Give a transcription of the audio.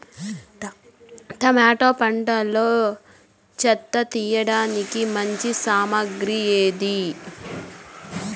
Tomato పంటలో చెత్త తీయడానికి మంచి సామగ్రి ఏది?